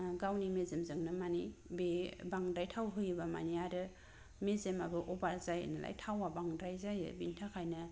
गावनि मेजेमजोंनो मानि बे बांद्राय थाव होयोब्ला मानि आरो मेजेमाबो अभार जायो नालाय थावआ बांद्राय जायो बेनि थाखायनो